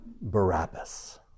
Barabbas